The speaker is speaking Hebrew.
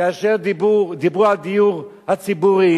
כאשר דיברו על הדיור הציבורי,